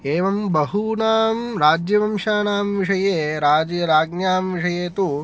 एवं बहूणां राज्यवंशानां विषये राज्ञां विषये तु